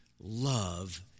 Love